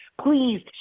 Please